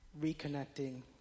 Reconnecting